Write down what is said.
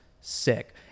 sick